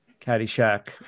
Caddyshack